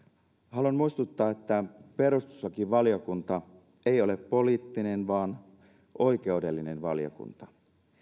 haluan muistuttaa että perustuslakivaliokunta ei ole poliittinen vaan oikeudellinen valiokunta